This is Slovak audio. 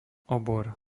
obor